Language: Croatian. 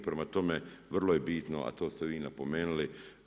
Prema tome, vrlo je bitno, a to ste vi napomenuli.